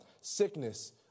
Sickness